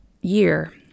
year